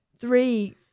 three